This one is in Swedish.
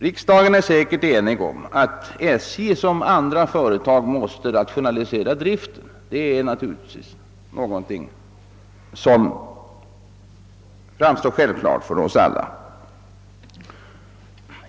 Riksdagen är säkert enig om att SJ liksom andra företag måste rationalisera driften — det framstår naturligtvis som självklart för oss alla.